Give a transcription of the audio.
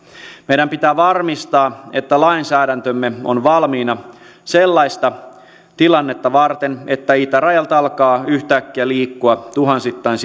meidän pitää varmistaa että lainsäädäntömme on valmiina sellaista tilannetta varten että itärajalta alkaa yhtäkkiä liikkua tuhansittain